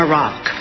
Iraq